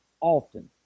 often